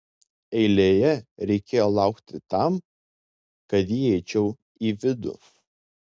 eilėje reikėjo laukti tam kad įeičiau į vidų